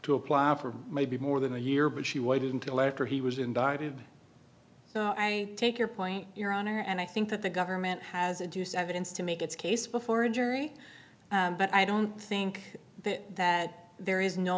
to apply for maybe more than a year but she waited until after he was indicted now i take your point your honor and i think that the government has a deuce evidence to make its case before a jury but i don't think that that there is no